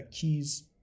keys